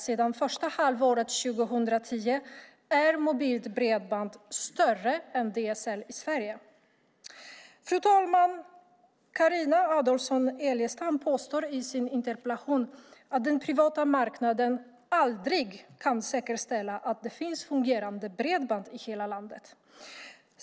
Sedan första halvåret 2010 är mobilt bredband större än DSL i Sverige. Fru talman! Carina Adolfsson Elgestam påstår i sin interpellation att den privata marknaden aldrig kan säkerställa att det finns fungerande bredband i hela landet.